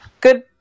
good